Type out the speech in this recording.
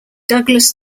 douglas